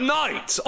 night